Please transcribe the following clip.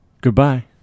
Goodbye